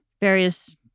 various